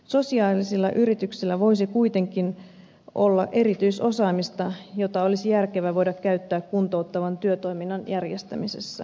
sosiaalisilla yrityksillä voisi kuitenkin olla erityisosaamista jota olisi järkevää voida käyttää kuntouttavan työtoiminnan järjestämisessä